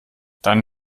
dann